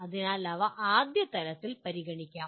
അതിനാൽ അവ ആദ്യ തലത്തിൽ പരിഗണിക്കാം